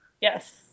yes